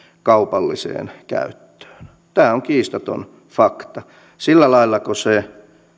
kaupalliseen käyttöön tämä on kiistaton fakta sillä laillako se